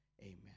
Amen